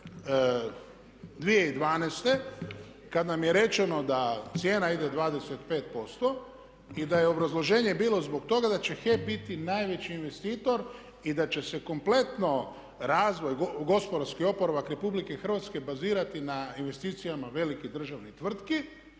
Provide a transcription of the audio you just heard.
2012. kada nam je rečeno da cijena ide 25% i da je obrazloženje bilo zbog toga da će HEP biti najveći investitor i da će se kompletno razvoj, gospodarski oporavak Republike Hrvatske bazirati na investicijama velikih državnih tvrtki